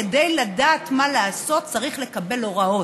כדי לדעת מה לעשות, צריך לקבל הוראות.